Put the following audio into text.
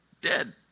Dead